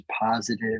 positive